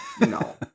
no